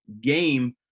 game